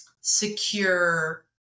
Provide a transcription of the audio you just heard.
secure